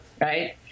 right